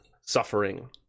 suffering